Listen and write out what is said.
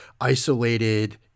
isolated